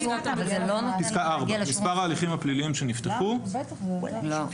פסקה (4) "מספר ההליכים הפליליים שנפתחו ותוצאותיהם".